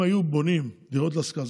אם היו בונים דירות להשכרה,